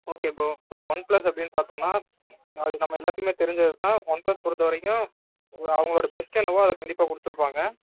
okay bro இப்போ one plus அப்படின்னு பார்த்தோன்னா அது நம்ம எல்லாத்துக்குமே தெரிஞ்சது தான் ஒன் பிளஸ் பொறுத்த வரைக்கும் அவங்களோட பெஸ்ட் என்னவோ அதை கண்டிப்பாக கொடுத்துருப்பாங்க